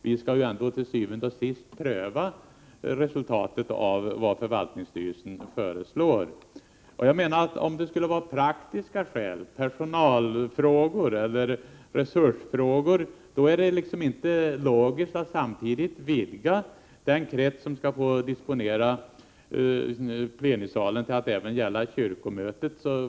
Vi skall ju ändå til syvende og sidst pröva vad förvaltningsstyrelsen föreslår. Om det skulle föreligga praktiska skäl, personalfrågor eller resursfrågor, då är det inte logiskt att samtidigt vidga den krets som skall få disponera plenisalen till att även gälla kyrkomötet.